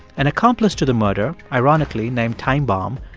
an accomplice to the murder, ironically named time bomb,